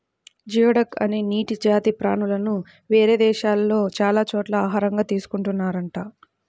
geoduck అనే నీటి జాతి ప్రాణులను వేరే దేశాల్లో చాలా చోట్ల ఆహారంగా తీసుకున్తున్నారంట